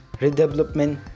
redevelopment